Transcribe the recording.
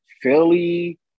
Philly